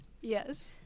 yes